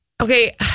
Okay